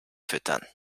füttern